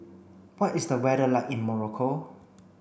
what is the weather like in Morocco